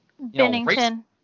Bennington